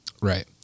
Right